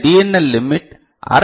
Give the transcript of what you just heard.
L limit அரை L